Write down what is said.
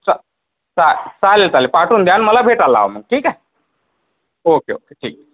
चं चा चालेल चालेल पाठवून द्या अन मला भेटायला लावा मग ठीक आहे ओके ओके ठीक